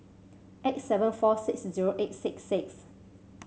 eight seven four six zero eight six six